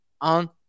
On